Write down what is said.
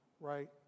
right